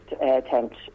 attempt